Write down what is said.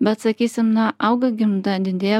bet sakysim na auga gimda didėja